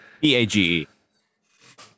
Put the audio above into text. P-A-G-E